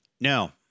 No